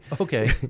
Okay